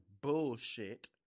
bullshit